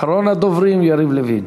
אחרון הדוברים, יריב לוין.